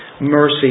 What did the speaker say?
Mercy